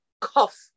cough